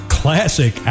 classic